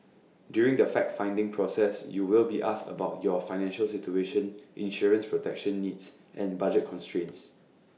during the fact finding process you will be asked about your financial situation insurance protection needs and budget constraints